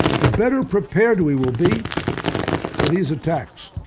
the better prepared we will be for these attacks.